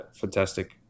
fantastic